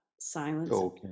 silence